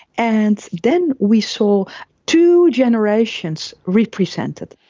and then we saw two generations represented.